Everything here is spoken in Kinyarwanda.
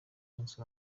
musi